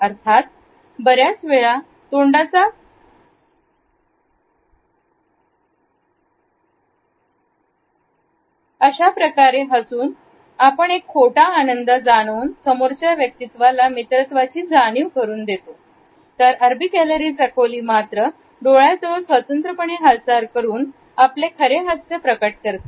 अर्थात बऱ्याच वेळा तोंडाचा खोटयाप्रकारे हसून आपण पण खोटा आनंद जाणवून समोरच्या व्यक्तीला मित्रत्वाची जाणीव करून देतो तर अरबी कॅलरीज अकोली मात्र डोळ्याजवळ स्वतंत्रपणे हालचाल करून आपले खरे हास्य प्रकट करते